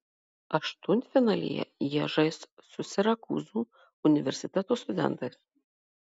aštuntfinalyje jie žais su sirakūzų universiteto studentais